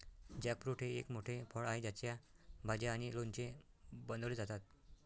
jackfruit हे एक मोठे फळ आहे ज्याच्या भाज्या आणि लोणचे बनवले जातात